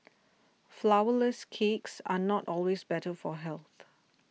Flourless Cakes are not always better for health